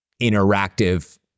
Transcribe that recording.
interactive